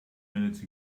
minutes